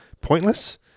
pointless